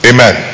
Amen